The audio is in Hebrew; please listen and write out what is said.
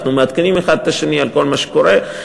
אנחנו מעדכנים האחד את השני בכל מה שקורה.